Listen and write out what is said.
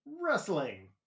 Wrestling